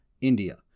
India